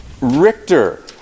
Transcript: Richter